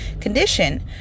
condition